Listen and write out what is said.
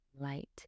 light